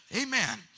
Amen